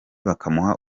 bakamuha